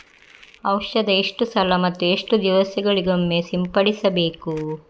ಔಷಧ ಎಷ್ಟು ಸಲ ಮತ್ತು ಎಷ್ಟು ದಿವಸಗಳಿಗೊಮ್ಮೆ ಸಿಂಪಡಿಸಬೇಕು?